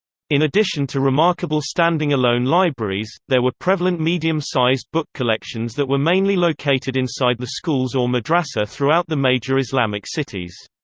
in addition to remarkable standing-alone libraries, there were prevalent medium-sized book collections that were mainly located inside the schools or madrasa throughout the major islamic cities.